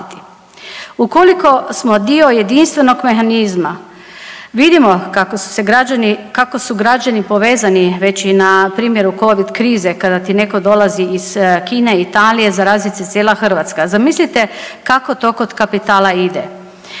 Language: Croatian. Ukoliko smo dio jedinstvenog mehanizma, vidimo kako su se građani, kako su građani povezani već i na primjeru Covid krize kada ti netko dolazi iz Kine, Italije zarazi se cijela Hrvatska, zamislite kako to kod kapitala ide.